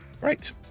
Right